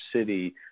city